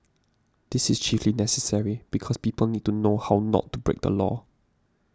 this is chiefly necessary because people need to know how not to break the law